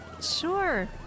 Sure